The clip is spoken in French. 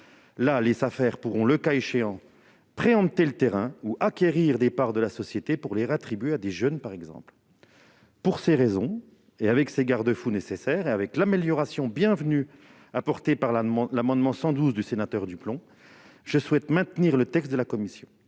Les Safer pourront, le cas échéant, préempter le terrain ou acquérir des parts de la société, pour les réattribuer à des jeunes, par exemple. Pour ces raisons, moyennant les garde-fous nécessaires et tout en soulignant l'amélioration bienvenue apportée par l'amendement n° 112 rectifié, je souhaite maintenir le texte de la commission.